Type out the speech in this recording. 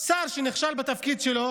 ששר שנכשל בתפקיד שלו